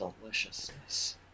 deliciousness